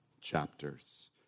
chapters